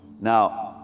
now